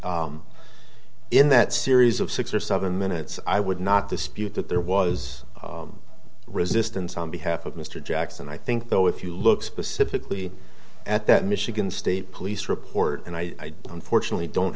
correct in that series of six or seven minutes i would not dispute that there was resistance on behalf of mr jackson i think though if you look specifically at that michigan state police report and i unfortunately don't